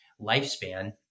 lifespan